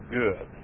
good